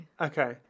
Okay